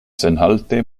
senhalte